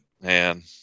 Man